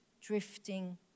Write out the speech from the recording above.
drifting